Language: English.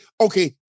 okay